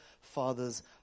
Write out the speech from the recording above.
father's